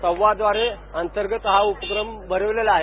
संवादवारी अंतर्गत हा उपक्रम बनविलेला आहे